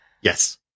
Yes